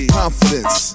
confidence